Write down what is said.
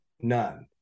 none